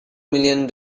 million